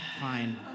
fine